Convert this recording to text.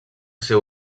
seu